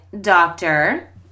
doctor